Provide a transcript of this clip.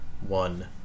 one